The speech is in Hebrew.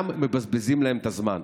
גם מבזבזים להם את הזמן.